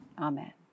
Amen